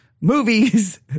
movies